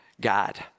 God